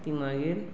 ती मागीर